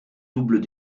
doubles